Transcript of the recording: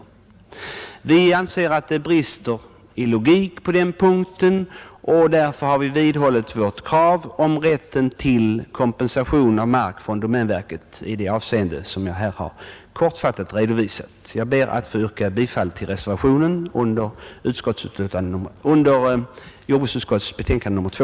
Vi anser att det brister i logik på denna punkt. Därför har vi vidhållit vårt krav om rätt till kompensation av mark från domänverket i det avseende som jag här kortfattat redovisat. Jag ber att få yrka bifall till reservationen under jordbruksutskottets betänkande nr 2.